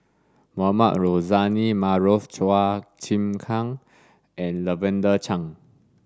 Mohamed Rozani Maarof Chua Chim Kang and Lavender Chang